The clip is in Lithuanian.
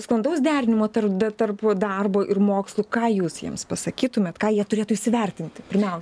sklandaus derinimo tarp da tarp darbo ir mokslų ką jūs jiems pasakytumėt ką jie turėtų įsivertinti pirmiausiai